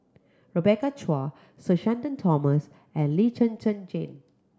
Rebecca Chua Sir Shenton Thomas and Lee Zhen Zhen Jane